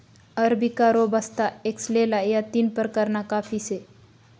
arabica, robusta, excelsa या तीन प्रकारना काफी से